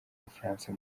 bufaransa